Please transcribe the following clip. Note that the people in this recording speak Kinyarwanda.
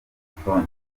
telefone